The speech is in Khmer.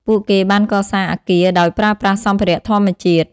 ពួកគេបានកសាងអគារដោយប្រើប្រាស់សម្ភារៈធម្មជាតិ។